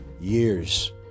years